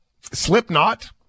Slipknot